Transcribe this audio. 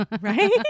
Right